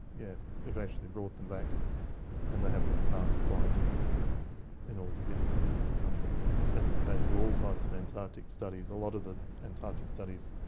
yes, we've actually brought them back and they have to pass quarantine in order to get into the country, but that's the case for all types of antarctic studies. a lot of the antarctic studies,